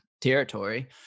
territory